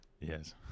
Yes